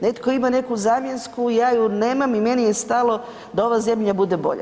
Netko ima neku zamjensku, ja je nemam i meni je stalo da ova zemlja bude bolja.